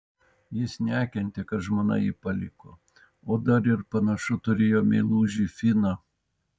jis nekentė kad žmona jį paliko o dar ir panašu turėjo meilužį finą